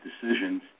decisions